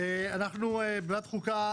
ועדת החוקה,